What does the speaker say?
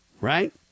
right